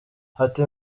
ati